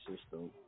system